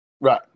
Right